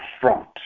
front